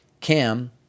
Cam